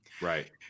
right